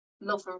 love